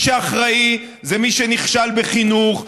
מי שאחראי זה מי שנכשל בחינוך,